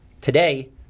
today